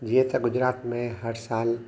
जीअं त गुजरात में हर साल